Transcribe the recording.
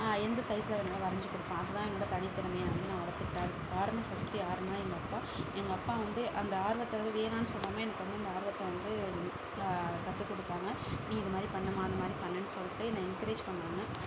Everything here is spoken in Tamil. எந்த சைஸில் வேணாலும் வரஞ்சு கொடுப்பேன் அது தான் என்னோட தனி திறமையை வந்து நான் வளர்த்துக்கிட்டேன் அதுக்கு காரணம் ஃபர்ஸ்ட்டு யார்னா எங்கள் அப்பா எங்கள் அப்பா வந்து அந்த ஆர்வத்தை வந்து வேணான்னு சொல்லாம எனக்கு வந்து அந்த ஆர்வத்தை வந்து கற்றுக் கொடுத்தாங்க நீ இது மாதிரி பண்ணுமா அந்த மாதிரி பண்ணுன்னு சொல்லிட்டு என்ன என்கிரேஜ் பண்ணாங்க